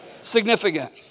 significant